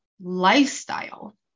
lifestyle